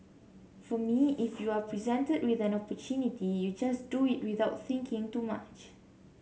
for me if you are presented with an opportunity you just do it without thinking too much